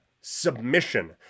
submission